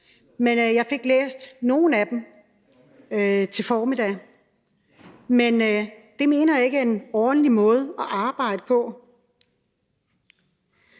men jeg fik læst nogle af dem her til formiddag. Det mener jeg ikke er en ordentlig måde at arbejde på.